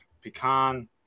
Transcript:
pecan